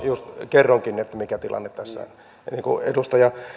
kerroinkin mikä tilanne tässä on ja edustaja